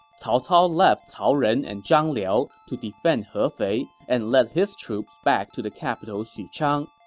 cao cao left cao ren and zhang liao to defend hefei and led his troops back to the capital xuchang.